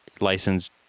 license